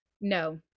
no